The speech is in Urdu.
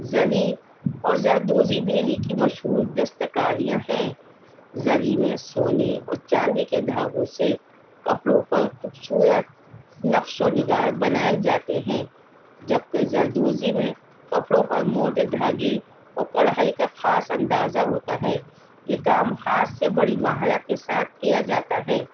زری اور زردوزی دہلی کی مشہور دستکاریاں ہیں زری میں سونے اور چاندی کے دھاگوں سے کپڑوں پر خوبصورت نقش و نگار بنائے جاتے ہیں جبکہ زردوزی میں کپڑوں پر موٹے دھاگے اور کڑھائی کا خاص اندازہ ہوتا ہے یہ کام ہاتھ سے بڑی مہارت کے ساتھ کیا جاتا ہے